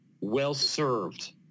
well-served